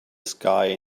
sky